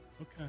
okay